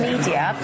media